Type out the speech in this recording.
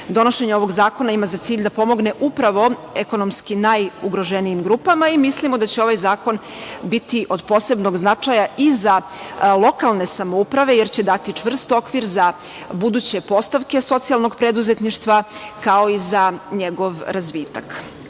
ovog zakona ima za cilj da pomogne upravo ekonomskim najugroženijim grupama i mislimo da će ovaj zakon biti od posebnog značaja i za lokalne samouprave, jer će dati čvrst okvir za buduće postavke socijalnog preduzetništva, kao i za njegov razvitak. Ovim